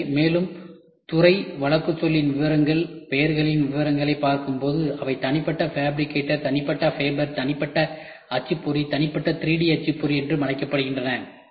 எனவே மேலும் துறை வழக்குச்சொல்லின் விவரங்களின் பெயர்களின் விவரங்களை பார்க்கும்போதுஇவை தனிப்பட்ட ஃபேப்ரிகேட்டர் தனிப்பட்ட ஃபேபர் தனிப்பட்ட அச்சுப்பொறி தனிப்பட்ட 3D அச்சுப்பொறி என்றும் அழைக்கப்படுகின்றன